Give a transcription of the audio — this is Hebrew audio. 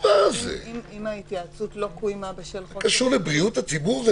שאם ההתייעצות לא קוימה בשל חוסר שיתוף --- זה קשור לבריאות הציבור,